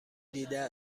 دیده